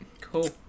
Cool